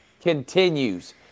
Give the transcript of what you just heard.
continues